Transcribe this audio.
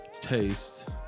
Taste